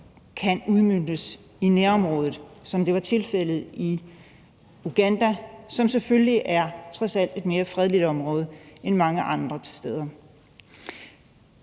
kan udmøntes i nærområdet, som det var tilfældet i Uganda, som selvfølgelig og trods alt er et mere fredeligt område end mange andre steder.